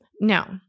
Now